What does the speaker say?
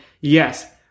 yes